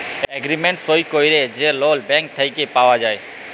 agreement সই ক্যইরে যে লল ব্যাংক থ্যাইকে পাউয়া যায়